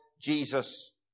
Jesus